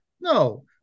No